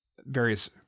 various